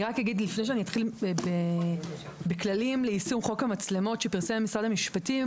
לפני שאני אתחיל בכללים ליישום חוק המצלמות שפרסם משרד המשפטים,